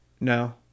No